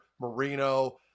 Marino